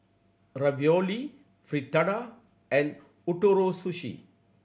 Ravioli Fritada and Ootoro Sushi